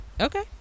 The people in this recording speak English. Okay